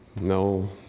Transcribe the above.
No